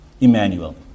Emmanuel